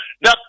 Now